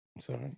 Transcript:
Sorry